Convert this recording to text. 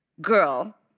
girl